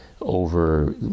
over